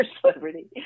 celebrity